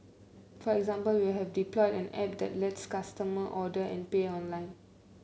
for example we have an